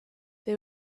they